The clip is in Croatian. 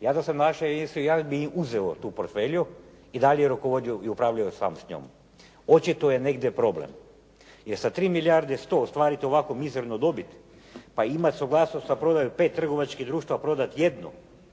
Ja da sam na vašem mjestu ja bih im uzeo tu portfelju i dalje rukovodio i upravljao sam s njom. Očito je negdje problem, jer sa 3 milijarde 100 ostvarit ovako mizernu dobit, pa imati suglasnost za prodaju 5 trgovačkih društava, prodati jednu,